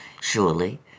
Surely